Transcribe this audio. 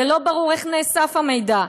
ולא ברור איך נאסף המידע,